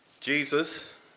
Jesus